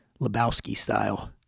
Lebowski-style